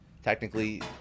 Technically